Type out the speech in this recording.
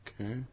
Okay